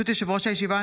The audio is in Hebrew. ברשות יושב-ראש הישיבה,